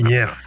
Yes